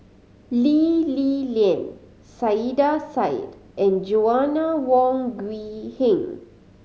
Lee Li Lian Saiedah Said and Joanna Wong Quee Heng